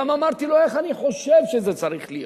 גם אמרתי לו איך אני חושב שזה צריך להיות.